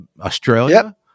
Australia